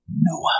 Noah